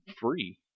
free